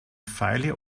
feile